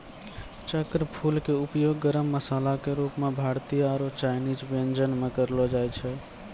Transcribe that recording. चक्रफूल के उपयोग गरम मसाला के रूप मॅ भारतीय आरो चायनीज व्यंजन म करलो जाय छै